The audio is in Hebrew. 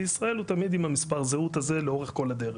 בישראל הוא תמיד עם מספר הזהות הזה לאורך כל הדרך.